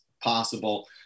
possible